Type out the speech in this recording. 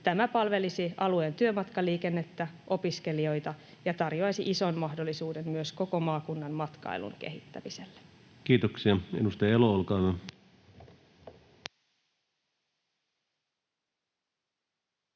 Tämä palvelisi alueen työmatkaliikennettä ja opiskelijoita ja tarjoaisi ison mahdollisuuden myös koko maakunnan matkailun kehittämiselle. Kiitoksia. — Edustaja Elo, olkaa hyvä.